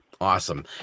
Awesome